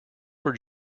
were